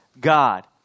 God